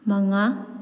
ꯃꯉꯥ